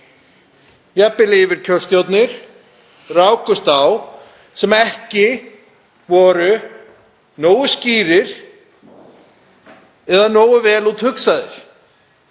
jafnvel yfirkjörstjórnir, rákust á sem ekki voru nógu skýr eða nógu vel úthugsuð.